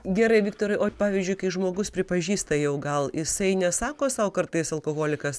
gerai viktorai o pavyzdžiui kai žmogus pripažįsta jau gal jisai nesako sau kartais alkoholikas